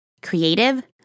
creative